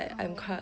oh